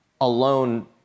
alone